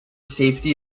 safety